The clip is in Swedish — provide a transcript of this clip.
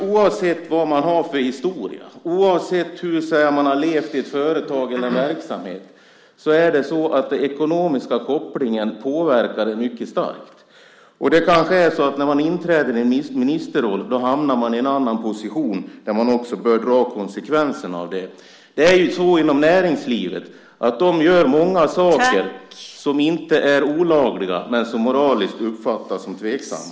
Oavsett vilken historia man har och oavsett hur man levt med ett företag eller en verksamhet påverkar den ekonomiska kopplingen mycket starkt. Det är kanske så att man, när man inträder i en ministerroll, hamnar i en annan position där man också bör ta konsekvenserna av det. Inom näringslivet görs många saker som inte är olagliga men som moraliskt uppfattas som tveksamma.